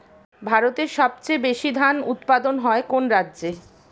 ভারতের সবচেয়ে বেশী ধান উৎপাদন হয় কোন রাজ্যে?